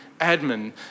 admin